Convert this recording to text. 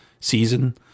season